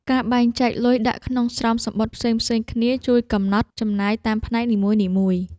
ការបែងចែកលុយដាក់ក្នុងស្រោមសំបុត្រផ្សេងៗគ្នា ជួយកំណត់ចំណាយតាមផ្នែកនីមួយៗ។